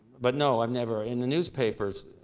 but no, i've never in the newspapers